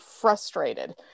frustrated